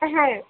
হ্যাঁ